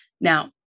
Now